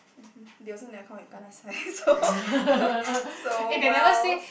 they also never come up with kanasai so well